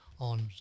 on